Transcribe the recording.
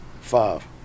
Five